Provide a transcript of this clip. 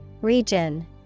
Region